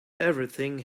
everything